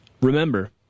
Remember